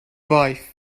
wife